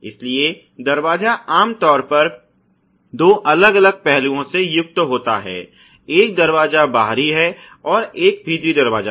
इसलिए दरवाजा आम तौर पर दो अलग अलग पहलुओं से युक्त होता है एक दरवाजा बाहरी है और एक भीतरी दरवाजा